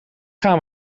gaan